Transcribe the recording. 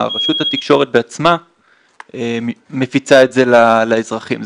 רשות התקשורת בעצמה מפיצה את זה לאזרחים.